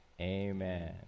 Amen